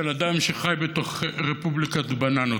של אדם שחי בתוך רפובליקת בננות.